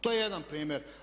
To je jedan primjer.